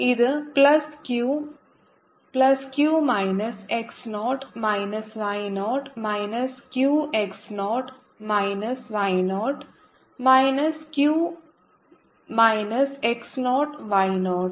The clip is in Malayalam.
ഇത് plus q plus q minus x nought minus y nought minus q x nought minus y nought minus q minus x nought y not